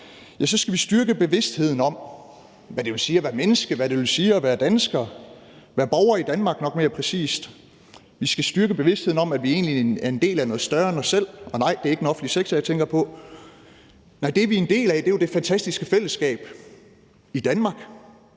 har, skal vi styrke bevidstheden om, hvad det vil sige at være menneske, hvad det vil sige at være dansker, være borger i Danmark, det er nok mere præcist. Vi skal styrke bevidstheden om, at vi egentlig er en del af noget større end os selv – og nej, det ikke den offentlige sektor, jeg tænker på. Nej det, vi er en del af, er jo det fantastiske fællesskab i Danmark,